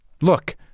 Look